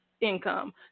income